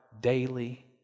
daily